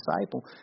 disciple